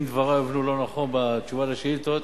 אם דברי הובנו לא נכון בתשובה על השאילתות,